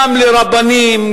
גם לרבנים,